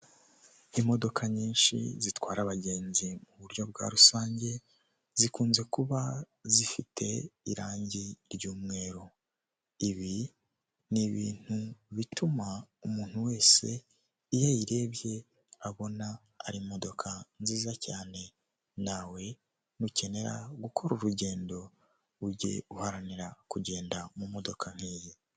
Imodoka nyinshi zitwara abagenzi mu buryo bwa rusange, zikunze kuba zifite irangi ry'umweru, ibi ni ibintu bituma umuntu wese iyo ayirebye abona ari imodoka nziza cyane, nawe nukenera gukora urugendo ujye uharanira kugenda mu modoka nkiyi.